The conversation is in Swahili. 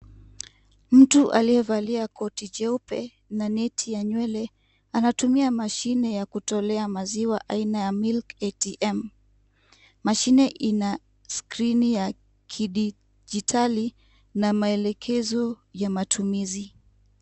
Mtu aliyevalia koti jeupe na neti ya nywele, anatumia mashine ya kutolea maziwa aina ya MIL ATM. Mashine ina skrini ya kidijitali na maelekezo ya matumizi.